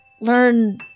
learn